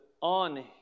on